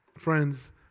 Friends